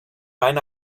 eine